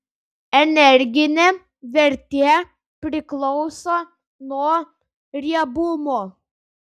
energinė vertė priklauso nuo riebumo